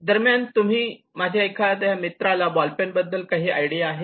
दरम्यान तुम्ही माझ्या एखाद्या मित्राला बॉलपेन बद्दल काही आयडिया आहे का